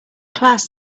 class